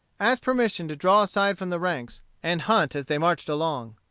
asked permission to draw aside from the ranks, and hunt as they marched along.